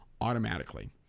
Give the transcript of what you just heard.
automatically